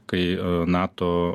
kai nato